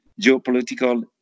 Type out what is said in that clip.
geopolitical